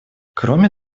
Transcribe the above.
кроме